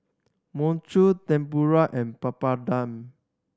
Mochi Tempura and Papadum